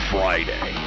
Friday